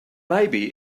maybe